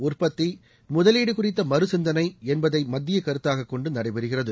உற்பத்தி முதலீடு குறித்த மறுசிந்தனை என்பதை மத்திய கருத்தாக கொண்டு நடைபெறுகிறது